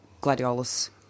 gladiolus